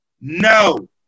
no